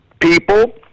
people